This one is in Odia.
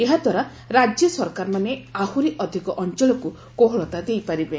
ଏହାଦ୍ୱାରା ରାଜ୍ୟ ସରକାରମାନେ ଆହୁରି ଅଧିକ ଅଞ୍ଚଳକୁ କୋହଳତା ଦେଇପାରିବେ